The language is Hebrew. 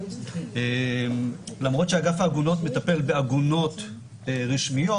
למרות שאגף העגונות מטפל בעגונות רשמיות,